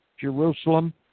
Jerusalem